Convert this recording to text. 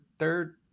third